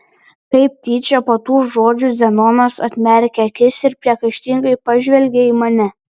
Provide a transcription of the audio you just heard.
kaip tyčia po tų žodžių zenonas atmerkė akis ir priekaištingai pažvelgė į mane